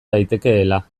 daitekeela